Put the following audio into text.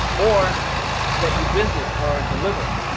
or that you visit or deliver